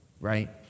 right